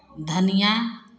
धनिया